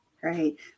Great